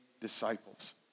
disciples